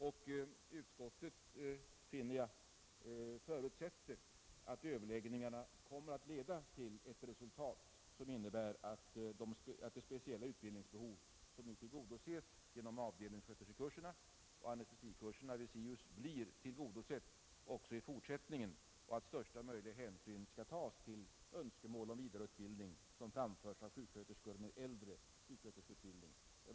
Utskottet förutsätter att överläggningarna kommer att leda till ett resultat som innebär att det speciella utbildningsbehov, som nu tillgodoses genom avdelningssköterskeoch anestesikurserna vid SIHUS, blir tillgodosett också i fortsättningen och att största möjliga hänsyn skall tas till önskemål om vidareutbildning som framförts av sjuksköterskor med äldre sjuksköterskeutbildning.